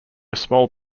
small